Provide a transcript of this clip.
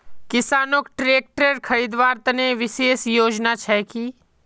किसानोक ट्रेक्टर खरीदवार तने विशेष योजना छे कि?